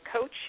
coach